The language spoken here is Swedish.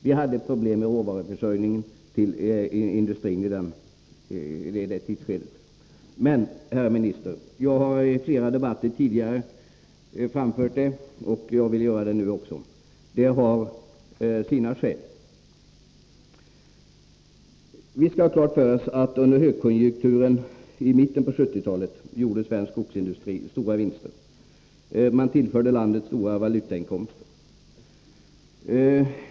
Vi hade problem med råvaruförsörjningen till industrin vid det tidsskedet. Nr HU Men, herr minister, jag har i flera debatter tidigare framfört, och jag vill Torsdagen den göra det nu också, att det hade sina skäl. Vi skall ha klart för oss att under — 20 oktober 1983 högkonjunturen i mitten av 1970-talet gjorde svensk skogsindustri stora vinster. Man tillförde landet stora valutainkomster.